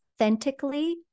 authentically